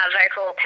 vocal